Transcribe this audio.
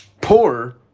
poor